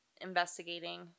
investigating